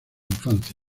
infancia